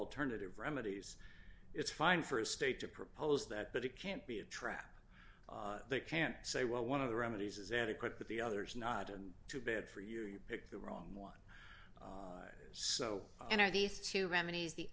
alternative remedies it's fine for a state to propose that but it can't be a trap they can't say well one of the remedies is adequate but the other is not and too bad for you you picked the wrong one so the